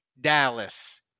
Dallas